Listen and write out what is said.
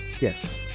Yes